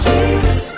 Jesus